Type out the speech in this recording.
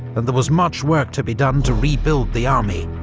and there was much work to be done to rebuild the army,